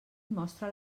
mostra